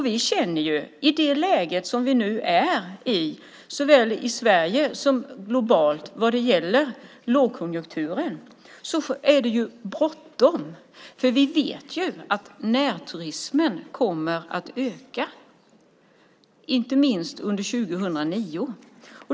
Vi känner i det läge som vi nu är i såväl i Sverige som globalt vad gäller lågkonjunkturen att det är bråttom, för vi vet att närturismen kommer att öka, inte minst under 2009.